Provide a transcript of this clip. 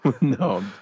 No